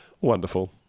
Wonderful